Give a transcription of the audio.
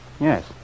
yes